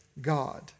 God